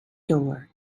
door